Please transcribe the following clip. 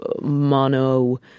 mono